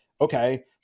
Okay